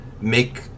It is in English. make